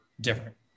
different